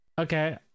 Okay